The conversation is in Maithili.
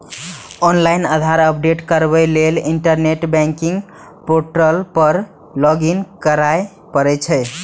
ऑनलाइन आधार अपडेट कराबै लेल इंटरनेट बैंकिंग पोर्टल पर लॉगइन करय पड़ै छै